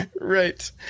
right